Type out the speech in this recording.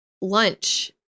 lunch